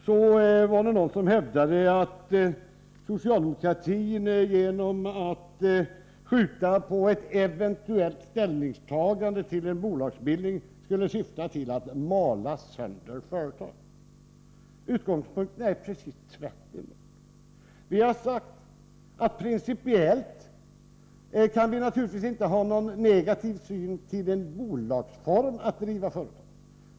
Det var någon som hävdade att socialdemokratin genom att skjuta på ett eventuellt ställningstagande till en bolagsbildning när det gäller Teli skulle syfta till att mala sönder företaget. Utgångspunkten är den rakt motsatta. Vi har sagt att vi principiellt naturligtvis inte kan ha någon negativ syn på att företaget drivs i bolagsform.